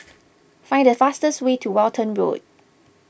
find the fastest way to Walton Road